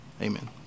Amen